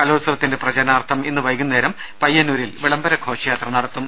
കലോത്സവത്തിന്റെ പ്രചരണാർത്ഥം ഇന്ന് വൈകുന്നേരം പയ്യന്നൂരിൽ വിളംബര ഘോഷയാത്ര നടത്തും